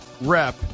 rep